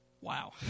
Wow